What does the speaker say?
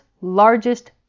largest